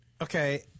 Okay